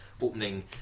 opening